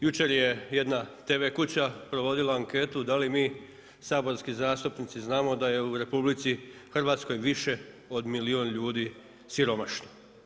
Jučer je jedna tv kuća provodila anketu da li mi saborski zastupnici znamo da je u RH više od milijun ljudi siromašno.